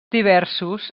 diversos